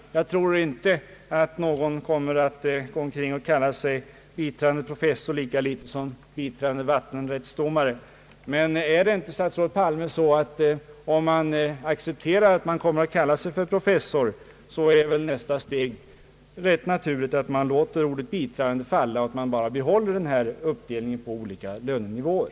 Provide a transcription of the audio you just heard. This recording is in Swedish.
Jag tror inte heller att någon kommer att gå omkring och kalla sig biträdande professor, lika litet som biträdande <<vattenrättsdomare. Men, statsrådet Palme, om man i dagligt tal accepterar titulaturen professor för alla är väl nästa steg rätt naturligt, dvs. att vi låter ordet biträdande falla och bara behåller uppdelningen på olika lönenivåer?